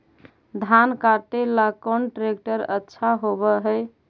धान कटे ला कौन ट्रैक्टर अच्छा होबा है?